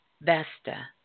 Vesta